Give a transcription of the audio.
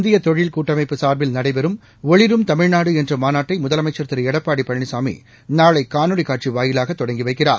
இந்திய தொழில் கூட்டமைப்பு சார்பில் நடைபெறும் ஒளிரும் தமிழ்நாடு என்ற மாநாட்டை முதலமைக்ன் திரு எடப்பாடி பழனிசாமி நாளை காணொலி காட்சி வாயிலாக தொடங்கி வைக்கிறார்